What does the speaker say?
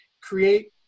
create